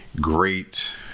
great